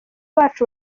bacu